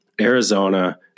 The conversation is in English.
Arizona